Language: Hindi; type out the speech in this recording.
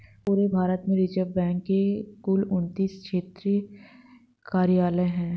पूरे भारत में रिज़र्व बैंक के कुल उनत्तीस क्षेत्रीय कार्यालय हैं